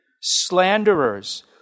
slanderers